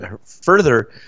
further